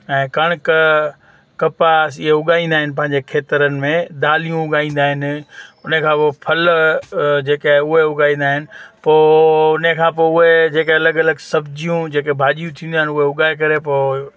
ऐं कणिक कपास इहे उॻाईंदा आहिनि पंहिंजे खेत्रनि में दालियूं उॻाईंदा आहिनि उने खां पोइ फल जेके आहे उहे उॻाईंदा आहिनि पोइ उने खां पोइ उहे जेके अलॻि अलॻि सब्जियूं जेके भाॼियूं थींदियूं आहिनि उहे उॻाए करे पोइ